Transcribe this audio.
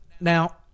Now